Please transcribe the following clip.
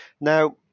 Now